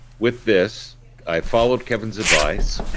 with this i followed kevin's advice